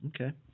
Okay